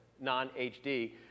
non-HD